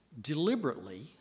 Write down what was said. deliberately